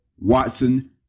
Watson